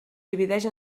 divideix